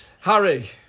Harry